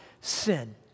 sin